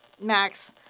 Max